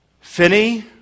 Finney